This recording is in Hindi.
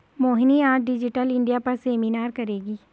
मोहिनी आज डिजिटल इंडिया पर सेमिनार करेगी